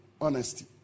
honesty